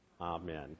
Amen